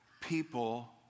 People